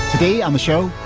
today on the show,